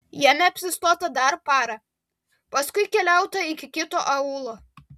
jame apsistota dar parą paskui keliauta iki kito aūlo